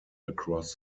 across